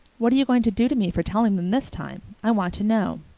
what are you going to do to me for telling them this time? i want to know.